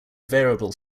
variable